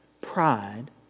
Pride